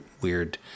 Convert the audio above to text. weird